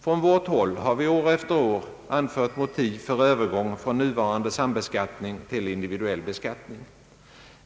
Från vårt håll har vi år efter år anfört motiv för övergång från nuvarande sambeskattning till individuell beskattning.